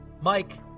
Mike